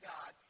God